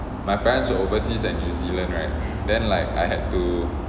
my parents were overseas in new zealand right then like I had to